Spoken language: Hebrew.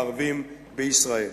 הערבים בישראל.